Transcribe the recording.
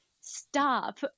stop